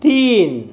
तीन